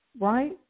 right